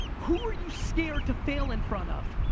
who are you scared to fail in front of?